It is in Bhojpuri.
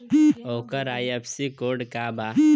ओकर आई.एफ.एस.सी कोड का बा?